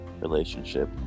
relationship